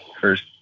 first